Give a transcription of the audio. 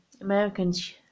Americans